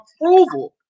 approval